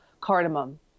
cardamom